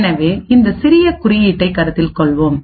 எனவே இந்த சிறியகுறியீட்டை கருத்தில் கொள்வோம்